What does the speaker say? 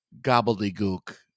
gobbledygook